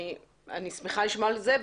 אני שמחה לשמוע את זה.